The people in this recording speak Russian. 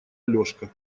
алешка